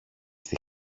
στη